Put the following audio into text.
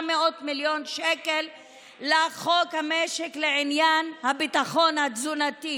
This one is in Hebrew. מיליון שקלים לחוק המשק לעניין הביטחון התזונתי,